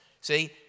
See